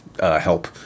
help